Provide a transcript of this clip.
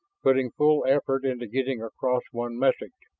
putting full effort into getting across one message.